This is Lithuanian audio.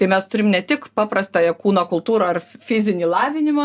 tai mes turim ne tik paprastąją kūno kultūrą ar fizinį lavinimą